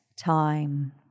time